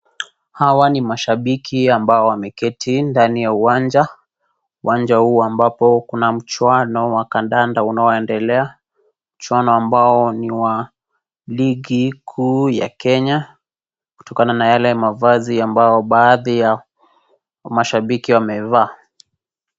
Hawa ni mashabiki ambao wameketi ndani ya uwanja. Uwanja huu ambapo kuna mchuano wa kandanda unaoendelea. Mchuano ambao ni wa ligi kuu ya Kenya kutokana na yale mavazi ambayo baadhi ya mashabiki wamevaa.